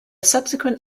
subsequent